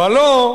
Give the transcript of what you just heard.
ולא,